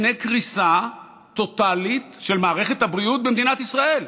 בפני קריסה טוטלית של מערכת הבריאות במדינת ישראל.